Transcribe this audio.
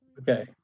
Okay